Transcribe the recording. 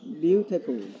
Beautiful